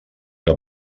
que